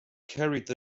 carried